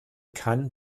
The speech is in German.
kann